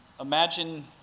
imagine